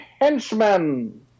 Henchmen